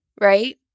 right